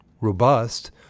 robust